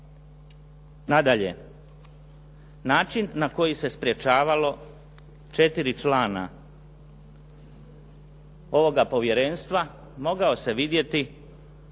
Nadalje, način na koji se sprječavalo 4 člana ovoga Povjerenstva mogao se vidjeti